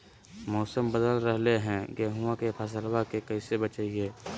मौसम बदल रहलै है गेहूँआ के फसलबा के कैसे बचैये?